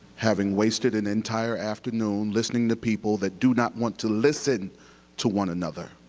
having wasted an entire afternoon listening to people that do not want to listen to one another.